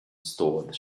store